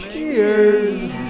Cheers